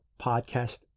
Podcast